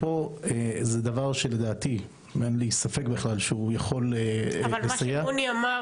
אין לי ספק בכלל שאנחנו יכולים לסייע באירוע --- מוני אמר